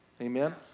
Amen